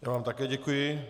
Já vám také děkuji.